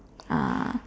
uh